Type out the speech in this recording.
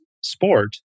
sport